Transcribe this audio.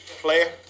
player